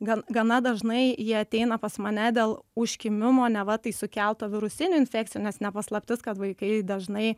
gan gana dažnai jie ateina pas mane dėl užkimimo neva tai sukelto virusinių infekcijų nes ne paslaptis kad vaikai dažnai